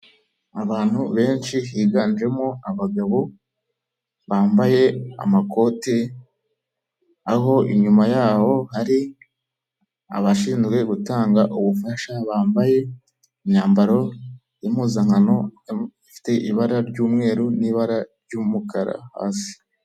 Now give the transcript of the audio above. Abantu benshi higanjemo abagabo bambaye amakoti, aho inyuma yabo hari abashinzwe gutanga ubufasha bambaye imyambaro y'impuzankano ifite ibara ry'umweru n'ibara ry'umukara hasi.